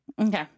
okay